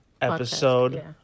episode